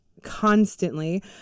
constantly